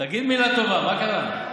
תגיד מילה טובה, מה קרה?